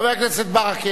חבר הכנסת ברכה,